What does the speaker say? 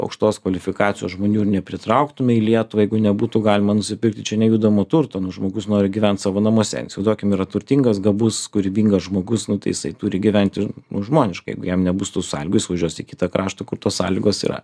aukštos kvalifikacijos žmonių nepritrauktume į lietuvą jeigu nebūtų galima nusipirkti čia nejudamo turto nu žmogus nori gyvent savo namuose įsivaizduokim yra turtingas gabus kūrybingas žmogus nu tai jisai turi gyventi nu žmoniškai jeigu jam nebus tų sąlygų jis važiuos į kitą kraštą kur tos sąlygos yra